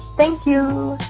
thank you.